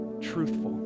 truthful